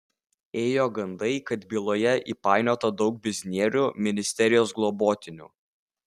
ėjo gandai kad byloje įpainiota daug biznierių ministerijos globotinių